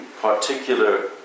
particular